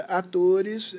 atores